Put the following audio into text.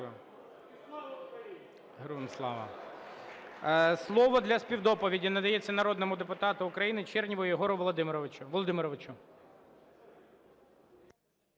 Слово до співдоповіді надається народному депутату України Чернєву Єгору Володимировичу.